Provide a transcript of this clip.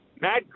Matt